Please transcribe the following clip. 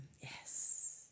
yes